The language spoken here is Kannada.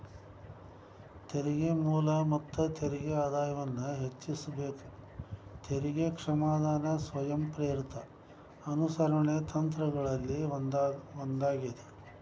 ತೆರಿಗೆ ಮೂಲ ಮತ್ತ ತೆರಿಗೆ ಆದಾಯವನ್ನ ಹೆಚ್ಚಿಸಕ ತೆರಿಗೆ ಕ್ಷಮಾದಾನ ಸ್ವಯಂಪ್ರೇರಿತ ಅನುಸರಣೆ ತಂತ್ರಗಳಲ್ಲಿ ಒಂದಾಗ್ಯದ